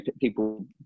people